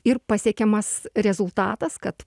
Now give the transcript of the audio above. ir pasiekiamas rezultatas kad